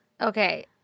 Okay